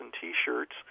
T-shirts